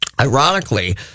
Ironically